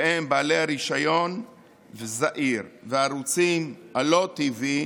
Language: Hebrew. שהם בעלי רישיון זעיר, וערוץ הַלָא TV,